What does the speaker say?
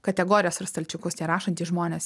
kategorijas ar stalčiukus tie rašantys žmonės